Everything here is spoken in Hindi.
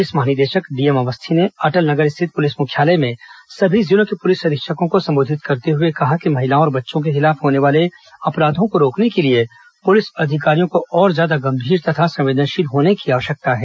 पुलिस महानिदेशक डी एम अवस्थी ने अटल नगर स्थित पुलिस मुख्यालय में सभी जिलों के पुलिस अधीक्षकों को संबोधित करते हुए कहा कि महिलाओं और बच्चों के खिलाफ होने वाले अपराधों को रोकने के लिए पुलिस अधिकारियों को और ज्यादा गंभीर तथा संवेदनशील होने की आवश्यकता है